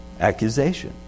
Accusation